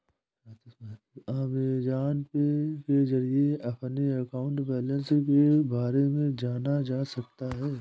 Amazon Pay के जरिए अपने अकाउंट बैलेंस के बारे में जाना जा सकता है